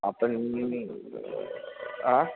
आपण आ